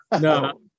No